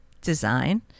Design